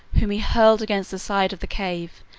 whom he hurled against the side of the cave,